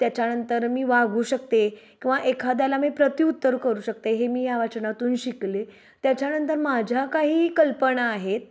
त्याच्यानंतर मी वागू शकते किंवा एखाद्याला मी प्रतिउत्तर करू शकते हे मी या वाचनातून शिकले त्याच्यानंतर माझ्या काही कल्पना आहेत